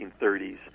1930s